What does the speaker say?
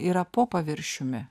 yra po paviršiumi